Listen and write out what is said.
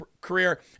career